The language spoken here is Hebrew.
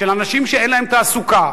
של אנשים שאין להם תעסוקה,